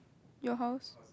your house